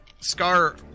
Scar